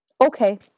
Okay